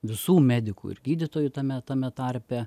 visų medikų ir gydytojų tame tame tarpe